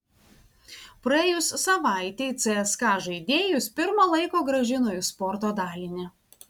praėjus savaitei cska žaidėjus pirma laiko grąžino į sporto dalinį